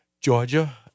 Georgia